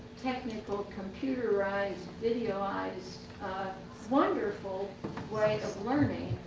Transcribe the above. technical, computerized videoized wonderful way of learning?